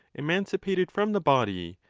emancipated from the body,